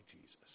Jesus